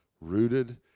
Rooted